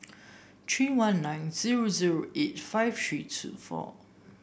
three one nine zero zero eight five three two four